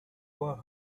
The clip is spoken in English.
were